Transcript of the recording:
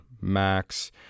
Max